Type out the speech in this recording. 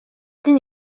din